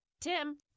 Tim